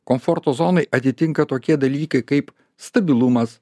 komforto zonai atitinka tokie dalykai kaip stabilumas